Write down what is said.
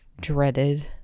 dreaded